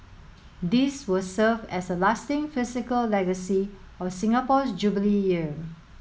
these will serve as a lasting physical legacy of Singapore's Jubilee Year